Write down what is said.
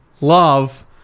love